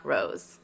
Rose